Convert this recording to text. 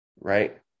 right